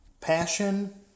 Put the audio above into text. passion